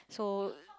so